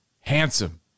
handsome